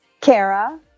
Kara